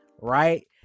right